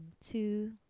Two